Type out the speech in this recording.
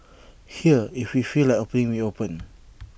here if we feel like opening we open